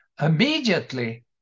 immediately